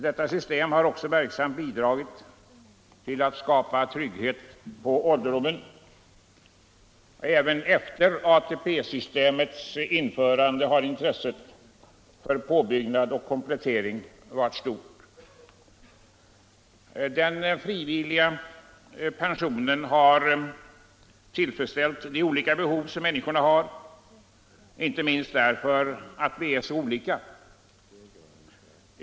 Detta system har också verksamt bidragit till att skapa trygghet på ålderdomen. Även efter ATP-systemets införande har intresset för påbyggnad och komplettering varit stort. Den frivilliga pensionen har tillfredsställt de olika behov som vi människor har, inte minst därför att vi är så olika.